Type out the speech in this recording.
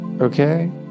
Okay